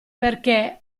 perché